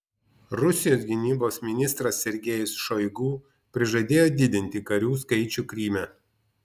rusijos gynybos ministras sergejus šoigu prižadėjo didinti karių skaičių kryme